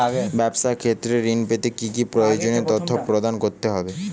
ব্যাবসা ক্ষেত্রে ঋণ পেতে কি কি প্রয়োজনীয় তথ্য প্রদান করতে হবে?